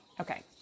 okay